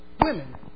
Women